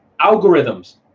algorithms